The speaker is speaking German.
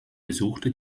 besuchte